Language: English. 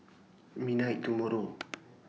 midnight tomorrow